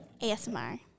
ASMR